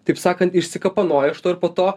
taip sakant išsikapanojo iš to ir po to